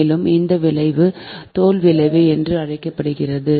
மேலும் இந்த விளைவு தோல் விளைவு என்று அழைக்கப்படுகிறது